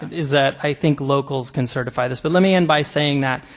and is that i think locals can certify this, but let me end by saying that,